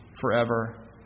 forever